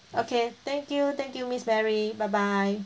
okay thank you thank you miss mary bye bye